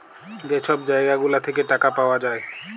যে ছব জায়গা গুলা থ্যাইকে টাকা পাউয়া যায়